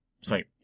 Sorry